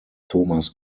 thomas